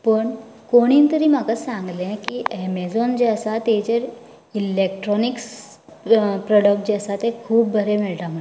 पूण कोणीन तरी म्हाका सांगलें की एमेजाॅन जें आसा तेजेर इलेक्ट्रोनिक्स प्रोडक्ट जे आसात तें खूब बरें मेळटात म्हण